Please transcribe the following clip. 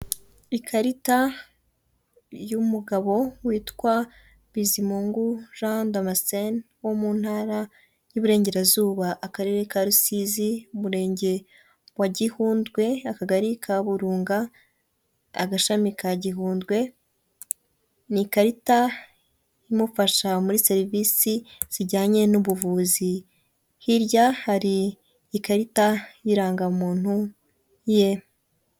Ikarita y'umugabo witwa BIZIMUNGU Jean Damascene wo mu ntara y'iburengerazuba akarere ka Rusizi, murenge wa Gihundwe, akagari ka Burunga, agashami ka Gihundwe. N’ikarita imufasha muri serivisi zijyanye n'ubuvuzi, hirya har’ikarita y'irangamuntu ye.